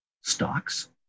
stocks